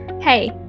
Hey